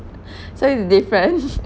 so it's different